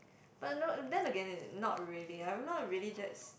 but not then again n~ not really I'm not really that